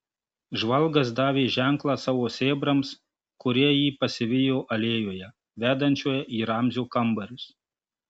žvalgas davė ženklą savo sėbrams kurie jį pasivijo alėjoje vedančioje į ramzio kambarius